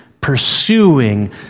pursuing